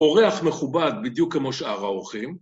‫עורך מכובד בדיוק כמו שאר האורחים.